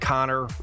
Connor